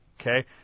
Okay